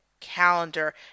calendar